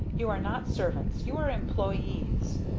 you are not servants you are employees.